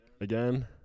Again